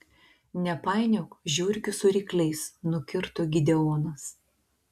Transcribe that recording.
nepainiok žiurkių su rykliais nukirto gideonas